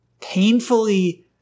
painfully